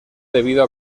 debido